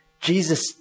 Jesus